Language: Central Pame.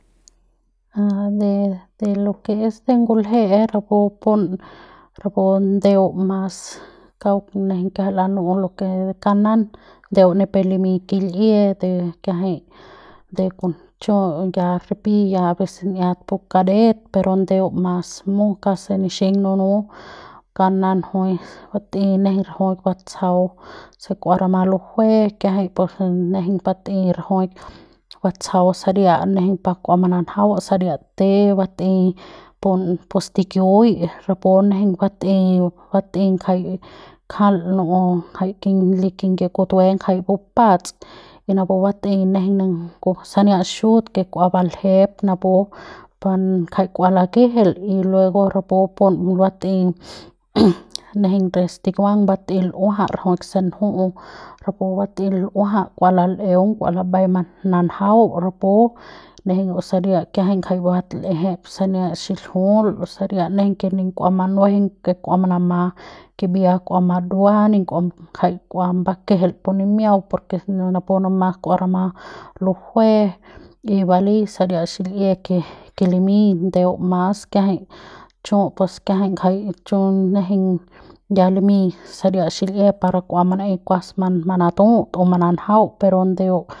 A de de lo ke es de ngulje'e rapu pun rapu ndeu mas kauk nejeiñ kiajai lanu'u lo ke de kanan ndeu ni pe limiñ kil'ie de kiajai de kun chu ya ripi ya se n'iat pu kadet pero ndeu mas mu kauk se nixiñ nunu kanan jui batei nejeiñ rajuik batsjau se kua rama lujue kiajai pus nejeiñ bat'ei rajuik batsjau saria nejeiñ pa kua mananjau saria te bat'ei pun pu stikiui rapu nejeiñ batei bat'ei ngjai kajal nu'u ngjai li kingie kutue jai bupaps y napu batei nejeiñ kon sania xiut ke kua baljep napu pun jai kua lakejel y luego rapu pun bat'ei nejeiñ re stikiuang bat'ei l'uajal rajuik se nju'u rapu bat'ei ljua'al ua lal'eung kua lambai mananjau kua rapu o nejeiñ saria kiajai ngjai bal'ejep sania xiljiul o saria nejeiñ ke ni kua manuejeiñ ke kua manama kimbia kua madua nin kua ngjai kua bankjel pu nimiau por napu ne mas ua rama lujue y balei saria xil'ie ke ke limiñ ndeu mas kiajai chu' pues kiajai ngjai chu' nejeiñ ya limiñ saria xil'ie par kua manaei kua pa kua manatu'ut o mananjau pero ndeu.